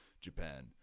Japan